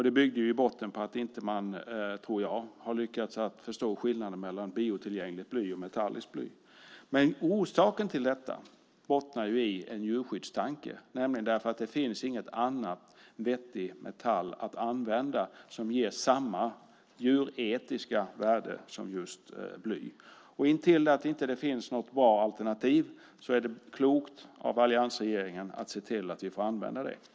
Det bygger på att man inte har lyckats förstå skillnaden mellan biotillgängligt bly och metalliskt bly. Orsaken till detta är en djurskyddstanke, nämligen att det inte finns någon annan vettig metall att använda som ger samma djuretiska värde som just bly. Intill dess det inte finns något bra alternativ är det klokt av alliansregeringen att se till att vi får använda det.